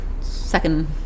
second